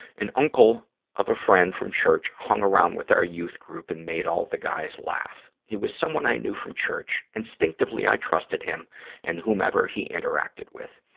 an uncle of a friend from church hung around with our youth group and made all the guys laugh. he was someone i knew from church. instinctively, i trusted him and whomever he interacted with.